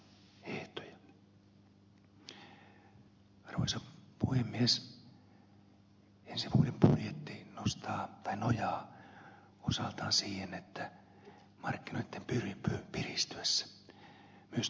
ensi vuoden budjetti nojaa osaltaan siihen että markkinoitten piristyessä myös työllisyys piristyy